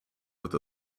with